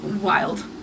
wild